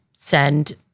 send